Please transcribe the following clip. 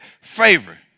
favor